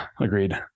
agreed